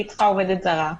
והיא צריכה עובדת זרה.